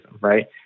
right